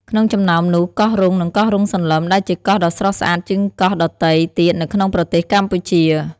ក្នុងចំណោមនោះ កោះរ៉ុង និងកោះរ៉ុងសន្លឹម ដែលជាកោះដ៏ស្រស់ស្អាតជាងកោះដទៃទៀតនៅក្នុងប្រទេសកម្ពុជា។